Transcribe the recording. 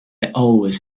always